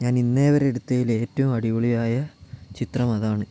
ഞാൻ ഇന്നേവരെ എടുത്തതിൽ ഏറ്റവും അടിപൊളിയായ ചിത്രം അതാണ്